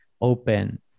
open